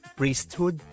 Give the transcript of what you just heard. priesthood